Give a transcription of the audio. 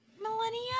millennia